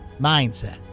mindset